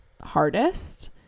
hardest